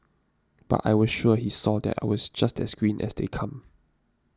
but I was sure he saw that I was just as green as they come